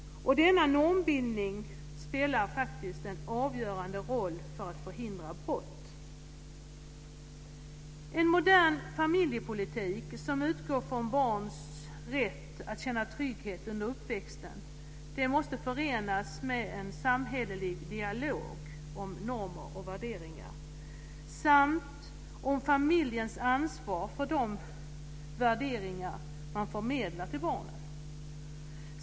Denna normbildning spelar faktiskt en avgörande roll för att förhindra brott. En modern familjepolitik som utgår från barns rätt att känna trygghet under uppväxten måste förenas med en samhällelig dialog om normer och värderingar samt om familjens ansvar för de värderingar som man förmedlar till barnen.